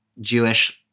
Jewish